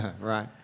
Right